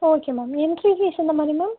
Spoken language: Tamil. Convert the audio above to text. ஓகே மேம் எண்ட்ரி ஃபீஸ் எந்தமாதிரி மேம்